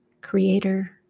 creator